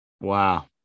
Wow